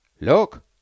Look